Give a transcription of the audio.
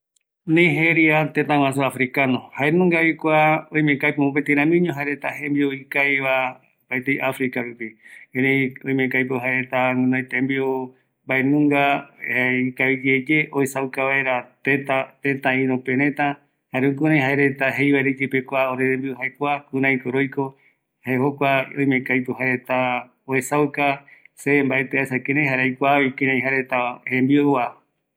﻿Nigeria tetaguasu africano, jaeungavi kua oime ko aipo mopeti ramiño jembiu ikaviva opaete africa rupi, erei ko aipo jaereta gunoi tembiu mbaennga ikaviyeye uesauka vaera teta iru pe reta jare jukurei jaereta jeivaera iyeipe kua orerembiu jae kua, kureiko roiko, jae jokua oime ko aipo uesauka se mbaeti ko kirei aikuavi kuareta jembiuva